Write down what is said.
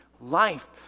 life